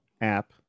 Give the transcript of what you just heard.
app